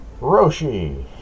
Roshi